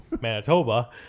Manitoba